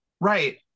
Right